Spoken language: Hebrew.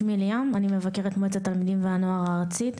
שמי ליאם, אני מבקרת מועצת תלמידים והנוער הארצית.